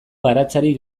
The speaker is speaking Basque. baratzari